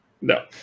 No